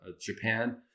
Japan